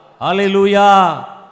Hallelujah